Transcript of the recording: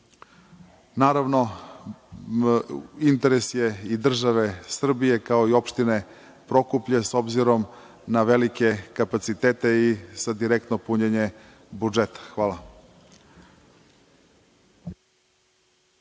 Naravno, interes je i države Srbije, kao i opštine Prokuplje, s obzirom na velike kapacitete i za direktno punjenje budžeta. Hvala.